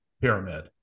pyramid